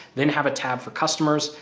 then have a tab for customers.